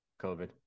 COVID